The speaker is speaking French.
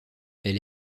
elle